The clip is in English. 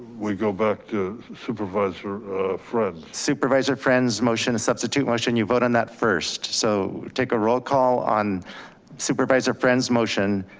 we go back to supervisor friend's. supervisor friend's motion, a substitute motion, you vote on that first. so take a roll call on supervisor friend's motion.